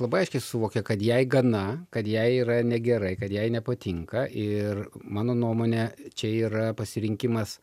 labai aiškiai suvokė kad jai gana kad jai yra negerai kad jai nepatinka ir mano nuomone čia yra pasirinkimas